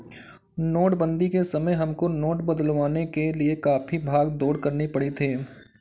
नोटबंदी के समय हमको नोट बदलवाने के लिए काफी भाग दौड़ करनी पड़ी थी